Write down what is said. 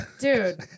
dude